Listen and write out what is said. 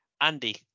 Andy